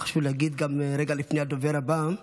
חשוב לי להגיד גם כן, רגע לפני הדובר הבא: